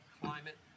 Climate